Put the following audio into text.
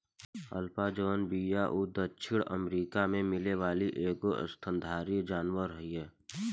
alpaca जवन बिया उ दक्षिणी अमेरिका में मिले वाली एगो स्तनधारी जानवर हिय